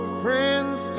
friends